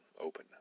open